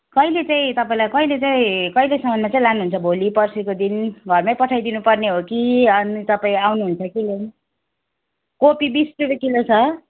कहिले चाहिँ तपाईँलाई कहिले चाहिँ कहिलेसम्ममा चाहिँ लानुहुन्छ भोलि पर्सिको दिन घरमै पठाइ दिनुपर्ने हो कि अनि तपाईँ अउनुहुन्छ कि ल्याउनु कोपी बिस रुपियाँ किलो छ